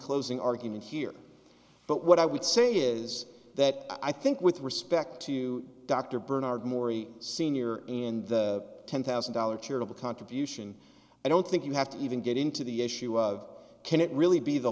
closing argument here but what i would say is that i think with respect to dr bernard morey senior in the ten thousand dollars charitable contribution i don't think you have to even get into the issue of can it really be the